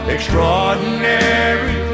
Extraordinary